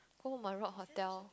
oh my Rock Hotel